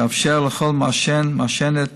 שיאפשר לכל מעשן ומעשנת,